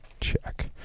Check